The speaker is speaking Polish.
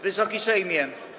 Wysoki Sejmie!